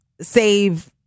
save